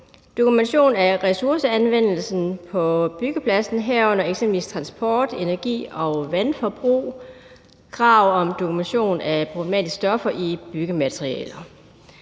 dokumentation af ressourceanvendelsen på byggepladsen, herunder eksempelvis transport, energi og vandforbrug, krav om dokumentation af problematiske stoffer i byggematerialer.